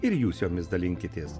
ir jūs jomis dalinkitės